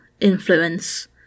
influence